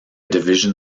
division